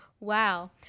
wow